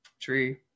tree